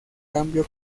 cambio